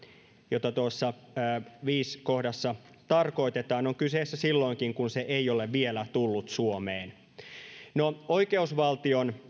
jota tuossa viidennessä kohdassa tarkoitetaan on kyseessä silloinkin kun se ei ole vielä tullut suomeen no oikeusvaltion